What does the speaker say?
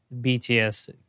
BTS